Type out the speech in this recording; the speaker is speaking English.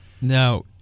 Now